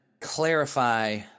clarify